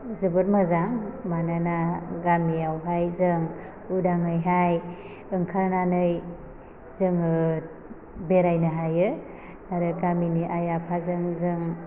जोबोद मोजां मानोना गामियावहाय जों उदाङैहाय ओंखारनानै जोङो बेरायनो हायो आरो गामिनि आइ आफाजों जों